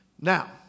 Now